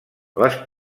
les